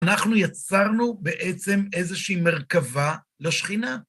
אנחנו יצרנו בעצם איזושהי מרכבה לשכינה.